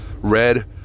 red